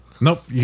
Nope